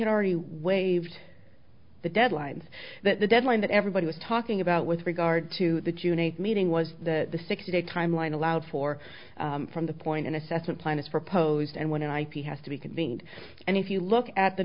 had already waived the deadlines that the deadline that everybody was talking about with regard to the june eighth meeting was that the sixty day timeline allowed for from the point an assessment plan is proposed and when i p has to be convened and if you look at the